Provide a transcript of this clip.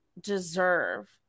deserve